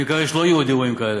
אני מקווה שלא יהיו עוד אירועים כאלה,